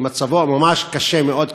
כי מצבו ממש קשה מאוד,